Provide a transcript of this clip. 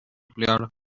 player